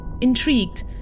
Intrigued